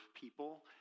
people